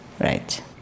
right